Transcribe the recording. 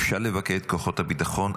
אפשר לבקר את כוחות הביטחון,